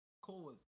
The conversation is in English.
Cold